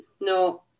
no